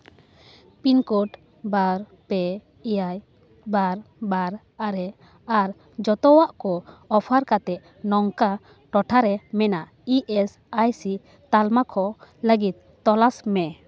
pin code ᱵᱟᱨ ᱯᱮ ᱮᱭᱟᱭ ᱵᱟᱨ ᱵᱟᱨ ᱟᱨᱮ ᱟᱨ ᱡᱚᱛᱚᱣᱟᱜ ᱠᱚ ᱚᱯᱷᱟᱨ ᱠᱟᱛᱮ ᱱᱚᱝᱠᱟ ᱴᱚᱴᱷᱟᱨᱮ ᱢᱮᱱᱟᱜ ᱤ ᱮᱹᱥ ᱟᱭ ᱥᱤ ᱛᱟᱞᱢᱟ ᱠᱚ ᱞᱟᱹᱜᱤᱫ ᱛᱚᱞᱟᱥ ᱢᱮ